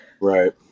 Right